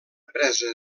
presa